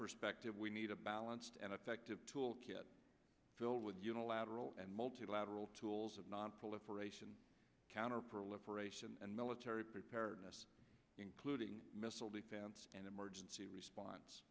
perspective we need a balanced and effective tool kit filled with unilateral and multilateral tools of nonproliferation counterproliferation and military preparedness including missile defense and emergency response